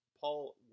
Paul